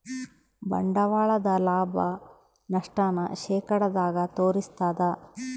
ಬಂಡವಾಳದ ಲಾಭ, ನಷ್ಟ ನ ಶೇಕಡದಾಗ ತೋರಿಸ್ತಾದ